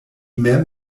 mem